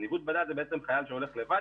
ניווט בדד זה בעצם חייל שהולך לבד.